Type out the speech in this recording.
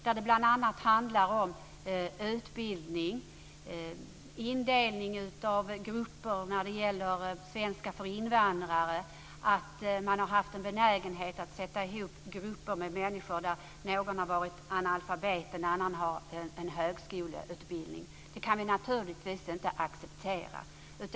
Det har bl.a. handlat om utbildning och om indelning av grupper när det gäller svenska för invandrare. Man har haft en benägenhet att sätta ihop grupper med människor där någon har varit analfabet och någon annan har haft en högskoleutbildning, och det kan vi naturligtvis inte acceptera.